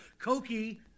Cokie